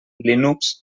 linux